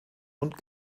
und